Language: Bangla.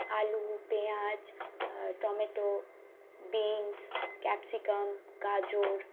আলু পেঁয়াজ টমেটো বিনস ক্যাপসিকাম গাজর